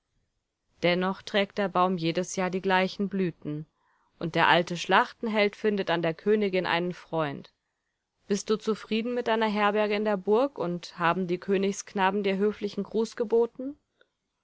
dennoch trägt der baum jedes jahr die gleichen blüten und der alte schlachtenheld findet an der königin einen freund bist du zufrieden mit deiner herberge in der burg und haben die königsknaben dir höflichen gruß geboten